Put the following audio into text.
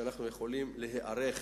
שבהן אנחנו יכולים להיערך